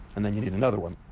and then you need another one.